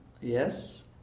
yes